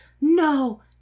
no